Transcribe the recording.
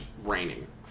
raining